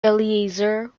eliezer